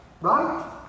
Right